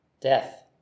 death